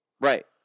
Right